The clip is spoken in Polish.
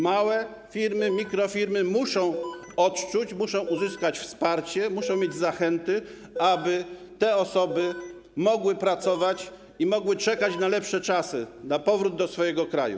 Małe firmy, mikrofirmy muszą odczuć, muszą uzyskać wsparcie, muszą mieć zachęty, aby te osoby mogły pracować i mogły czekać na lepsze czasy, na powrót do swojego kraju.